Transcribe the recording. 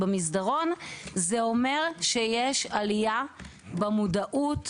זה אומר שיש עלייה במודעות,